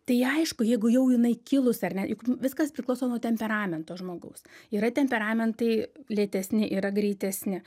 tai aišku jeigu jau jinai kilus ar ne juk viskas priklauso nuo temperamento žmogaus yra temperamentai lėtesni yra greitesni